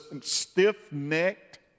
Stiff-necked